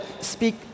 speak